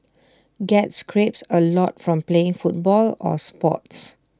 get scrapes A lot from playing football or sports